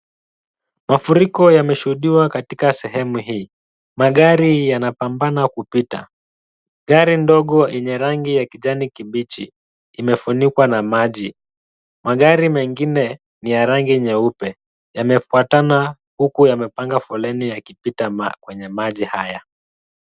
Mafuriko yameshuhudiwa katika sehemu hii. Magari yanapambana kupita. Gari ndogo yenye rangi ya kijani kibichi imefunikwa na maji. Magari mengine ni ya rangi nyeupe. Yamefuatana huku yamepanga foleni yakipita kwenye maji haya.